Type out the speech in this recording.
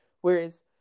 Whereas